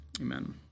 amen